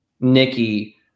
Nikki